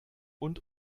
und